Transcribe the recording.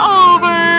over